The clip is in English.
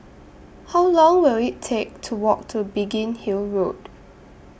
How Long Will IT Take to Walk to Biggin Hill Road